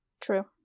True